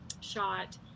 shot